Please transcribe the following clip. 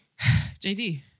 JD